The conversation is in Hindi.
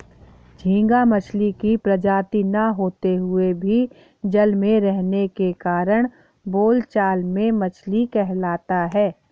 झींगा मछली की प्रजाति न होते हुए भी जल में रहने के कारण बोलचाल में मछली कहलाता है